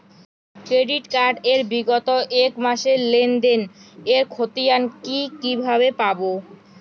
Credit card এর বিগত এক মাসের লেনদেন এর ক্ষতিয়ান কি কিভাবে পাব?